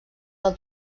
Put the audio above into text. del